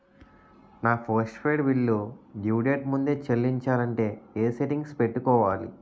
నా post paid bill due date ముందే చెల్లించాలంటే ఎ సెట్టింగ్స్ పెట్టుకోవాలి?